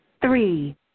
three